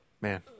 man